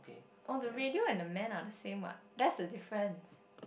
oh the radio and the man are the same what that's the difference